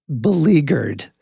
beleaguered